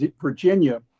Virginia